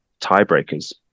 tiebreakers